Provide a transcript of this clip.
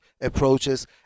approaches